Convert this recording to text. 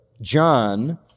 John